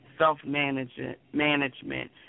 self-management